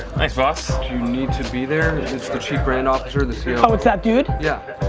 thanks, boss. do you need to be there? it's the chief brand officer, the ceo oh. it's that dude? yeah.